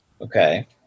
Okay